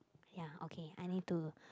ya okay I need to